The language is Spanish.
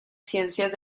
ciencias